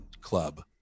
club